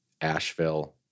Asheville